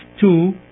two